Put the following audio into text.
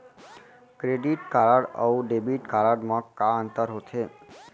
Credit card अऊ debit card मा का अंतर होथे?